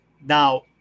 Now